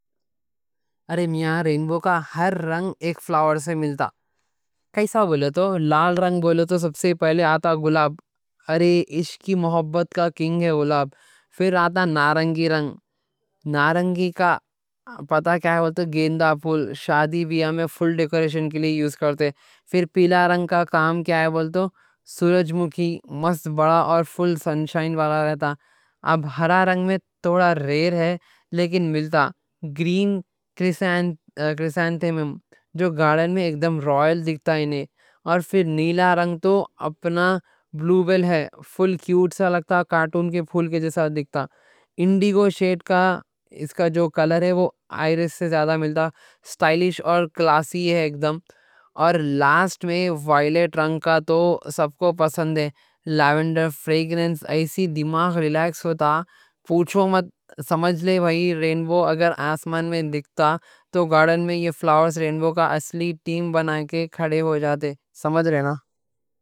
ارے میاں رینبو کا ہر رنگ ایک فلاور سے ملتا۔ کیسا بولے تو لال رنگ بولے تو سب سے پہلے آتا گلاب۔ ارے عشق کی محبت کا کنگ ہے گلاب، پھر آتا نارنگی رنگ۔ نارنگی کا پتہ کیا ہے بولے تو گیندا پھول۔ شادی بیاہ میں فل ڈیکوریشن کے لیے یوز کرتے۔ پھر پیلا رنگ کا کام کیا ہے بولے تو سورج مکھی مست بڑا اور فل سنشائن والا رہتا۔ اب ہرا رنگ میں تھوڑا ریر ہے لیکن ملتا۔ گرین کرسانتھیمم جو گارڈن میں اکدم رائل دیکھتا ہے۔ اور پھر نیلا رنگ تو اپنا بلیو بیل ہے، پھول کیوٹ سا لگتا، کارٹون کے پھول کے جیسا دیکھتا۔ انڈیگو شیڈ کا اس کا جو کلر ہے وہ آئرس سے زیادہ ملتا، سٹائلش اور کلاسی ہے اکدم۔ اور لاسٹ میں وائلٹ رنگ کا تو سب کو پسند ہے، لیونڈر فریگرنس ایسی دماغ ریلیکس ہوتا۔ پوچھو مت، سمجھ لے بھائی، رینبو اگر آسمان میں دکھتا تو گارڈن میں یہ فلاورز رینبو کا اصلی ٹیم بنا کے کھڑے ہو جاتے۔ سمجھ رہے نا۔